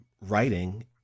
writing